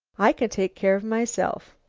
i can take care of myself.